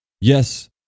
Yes